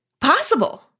possible